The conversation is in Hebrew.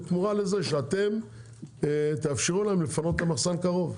בתמורה לזה שאתם תאפשרו להם לפנות למחסן קרוב.